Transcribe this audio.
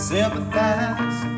Sympathize